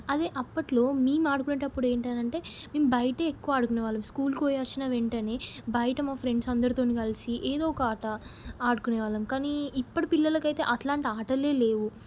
అదే అప్పట్లో మేము ఆడుకునేటప్పుడు ఏంటంటే మేము బయటే ఎక్కువ ఆడుకునే వాళ్ళం స్కూల్కి పోయివచ్చిన వెంటనే బయట మా ఫ్రెండ్స్ అందరితో కలిసి ఏదో ఒక ఆట ఆడుకొనేవాళ్ళం కానీ ఇప్పటి పిల్లలకి అయితే అట్లాంటి ఆటలే లేవు